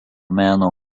meno